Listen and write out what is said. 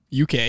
uk